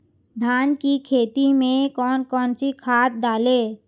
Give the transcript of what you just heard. धान की खेती में कौन कौन सी खाद डालें?